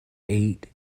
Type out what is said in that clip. eight